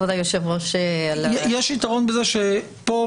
כבוד היושב-ראש -- יש יתרון לזה שפה,